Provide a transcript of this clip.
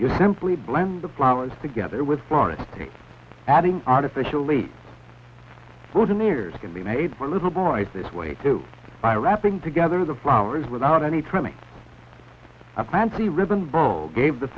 you simply blend the flowers together with florida state adding artificial leaps for the mirrors can be made for little boys this way too by wrapping together the flowers without any trimming a plant the ribbon bowl gave the